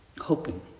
hoping